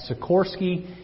Sikorsky